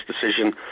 decision